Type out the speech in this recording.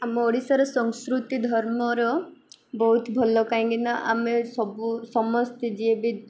ଆମ ଓଡ଼ିଶାର ସଂସ୍କୃତି ଧର୍ମର ବହୁତ ଭଲ କାହିଁକିନା ଆମେ ସବୁ ସମସ୍ତେ ଯିଏ ବି